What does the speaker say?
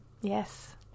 yes